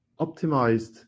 optimized